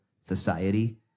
society